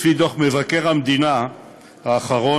לפי דוח מבקר המדינה האחרון,